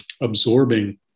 absorbing